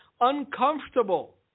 uncomfortable